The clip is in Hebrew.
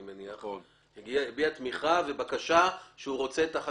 אחרי פסקה (2) יבוא: "(2א)ברשות מקומית שמספר